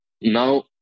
Now